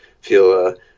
feel